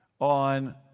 on